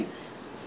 what you looking for